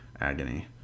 agony